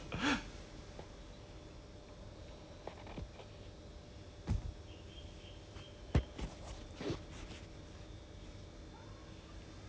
okay then then which which kind of err err err travel would you go would you go to those countries that are only safe or would you not travel or would you still travel